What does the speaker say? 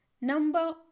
number